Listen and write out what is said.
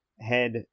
head